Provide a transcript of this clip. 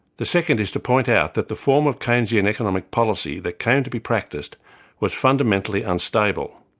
the second is to point out that the form of keynesian economic policy that came to be practiced was fundamentally unstable.